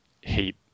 hate